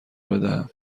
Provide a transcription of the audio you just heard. بدهم